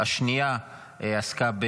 השנייה עסקה,